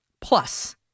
Plus